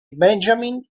benjamin